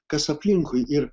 kas aplinkui ir